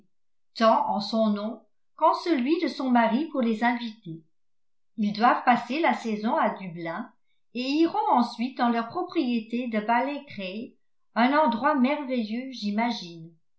tant en son nom qu'en celui de son mari pour les inviter ils doivent passer la saison à dublin et iront ensuite dans leur propriété de baley graig un endroit merveilleux j'imagine